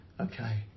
Okay